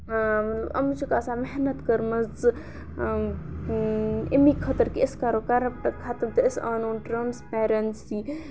اَمَن چھُکھ آسان محنت کٔرمٕژٕ امی خٲطٕر کہِ أسۍ کَرو کَرَپٹہٕ ختم تہٕ أسۍ اَنون ٹرٛانسپیرَنسی